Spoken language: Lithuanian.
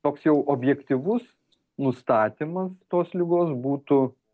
toks jau objektyvus nustatymas tos ligos būtų